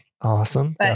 awesome